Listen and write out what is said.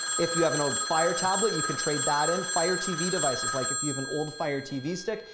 if you have an old fire tablet, you could trade that in fire tv devices. like if you have an old fire tv stick,